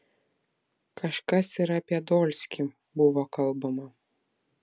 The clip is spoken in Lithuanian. kažkas ir apie dolskį buvo kalbama